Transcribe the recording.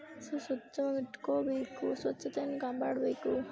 so ಸ್ವಚ್ಛವಾಗಿ ಇಟ್ಕೋಬೇಕು ಸ್ವಚ್ಛತೆಯನ್ನು ಕಾಪಾಡಬೇಕು